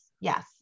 yes